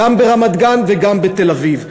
גם ברמת-גן וגם בתל-אביב.